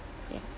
ya